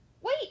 Wait